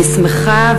אני שמחה,